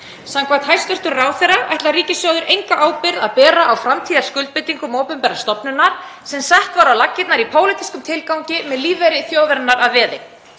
Samkvæmt hæstv. ráðherra ætlar ríkissjóður enga ábyrgð að bera á framtíðarskuldbindingum opinberrar stofnunar sem sett var á laggirnar í pólitískum tilgangi með lífeyri þjóðarinnar að veði.